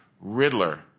Riddler